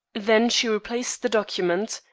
then she replaced the document,